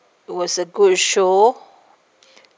it was a good show